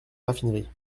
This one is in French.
raffinerie